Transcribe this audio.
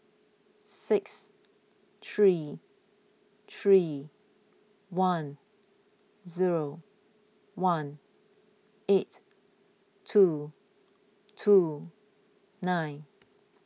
six three three one zero one eight two two nine